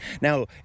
now